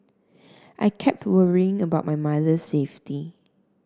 I kept worrying about my mother's safety